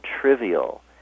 trivial